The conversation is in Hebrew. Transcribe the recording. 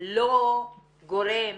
לא גורם